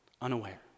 unaware